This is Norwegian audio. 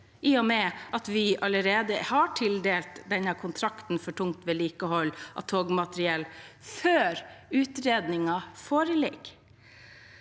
i og med at Vy allerede har tildelt denne kontrakten for tungt vedlikehold av togmateriell før utredningen foreligger.